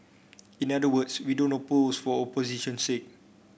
in other words we don't oppose for opposition's sake